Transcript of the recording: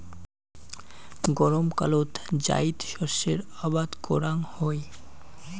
গরমকালত জাইদ শস্যের আবাদ করাং হই